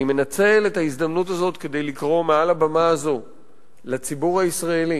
אני מנצל את ההזדמנות הזאת כדי לקרוא מעל הבמה הזאת לציבור הישראלי,